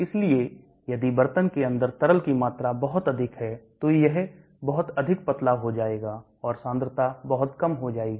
इसलिए यदि बर्तन के अंदर तरल की मात्रा बहुत अधिक है तो यह बहुत अधिक पतला हो जाएगा और सांद्रता बहुत कम हो जाएगी